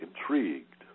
intrigued